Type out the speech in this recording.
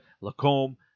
Lacombe